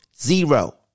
Zero